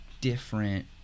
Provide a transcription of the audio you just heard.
different